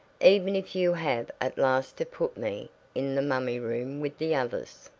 even if you have at last to put me in the mummy-room with the others.